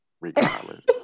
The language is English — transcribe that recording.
regardless